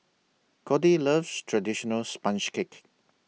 Codey loves Traditional Sponge Cake